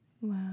Wow